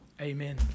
Amen